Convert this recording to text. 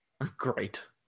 Great